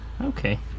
Okay